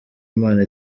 imana